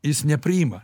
jis nepriima